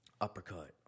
Uppercut